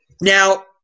Now